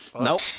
Nope